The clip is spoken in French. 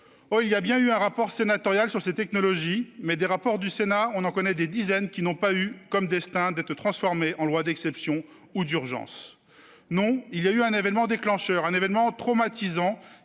il y a bien eu un rapport sénatorial sur ces technologies, mais des rapports du Sénat, on en connaît des dizaines qui n'ont pas eu pour destin d'être transformés en loi d'exception ou d'urgence. Non, il y a eu un événement déclencheur, un événement traumatisant